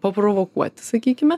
paprovokuoti sakykime